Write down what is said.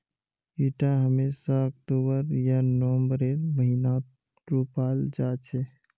इटा हमेशा अक्टूबर या नवंबरेर महीनात रोपाल जा छे